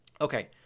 Okay